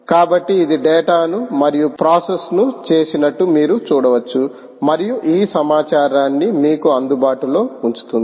కాబట్టి ఇది డేటాను మరియు ప్రాసెస్ను చేసిన్నట్లు మీరు చూడవచ్చు మరియు ఈ సమాచారాన్ని మీకు అందుబాటులో ఉంచుతుంది